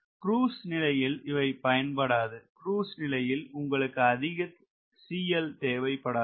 cruise நிலையில் இவை பயன்படாது க்ரூஸ் நிலையில் உங்களுக்கு அதிக தேவை படாது